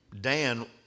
Dan